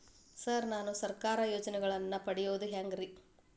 Sir ನಾನು ಸರ್ಕಾರ ಯೋಜೆನೆಗಳನ್ನು ಪಡೆಯುವುದು ಹೆಂಗ್ರಿ?